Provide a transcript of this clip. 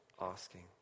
asking